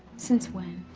since when?